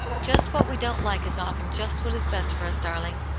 just what we don't like is often just what is best for us, darling.